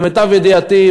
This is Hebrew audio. למיטב ידיעתי,